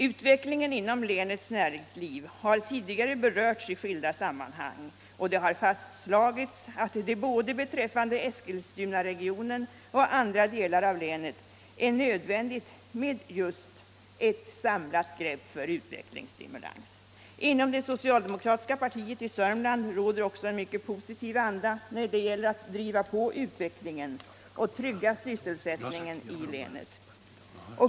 Utvecklingen inom länets näringsliv har tidigare berörts i skilda sammanhang, och det har fastslagits att det beträffande både Eskilstunaregionen och andra delar av länet är nödvändigt med just ett samlat grepp för utvecklingsstimulans. Inom det socialdemokratiska partiet i Sörmland råder också en mycket positiv anda när det gäller att driva på utvecklingen och trygga sysselsättningen i länet.